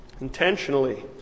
intentionally